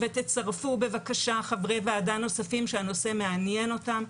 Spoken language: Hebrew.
ותצרפו בבקשה חברי ועדה נוספים שהנושא מעניין אותם.